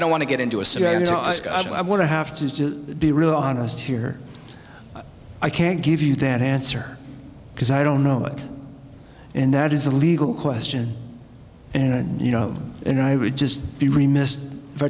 don't want to get into a civil discussion i want to have to be really honest here i can't give you that answer because i don't know and that is a legal question and you know and i would just be remiss if i